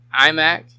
iMac